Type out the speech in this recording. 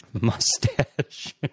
Mustache